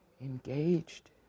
engaged